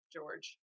George